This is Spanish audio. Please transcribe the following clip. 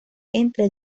entre